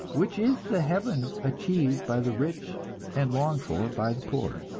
which is the heaven achieved by the rich and longed for by the poor.